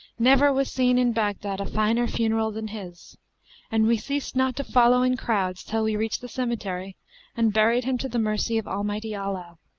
never was seen in baghdad a finer funeral than his and we ceased not to follow in crowds till we reached the cemetery and buried him to the mercy of almighty allah